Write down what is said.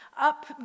up